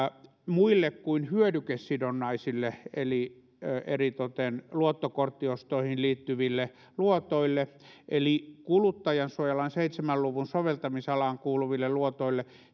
muille kuin hyödykesidonnaisille eli eritoten luottokorttiostoihin liittyville luotoille kuluttajansuojalain seitsemän luvun soveltamisalaan kuuluville luotoille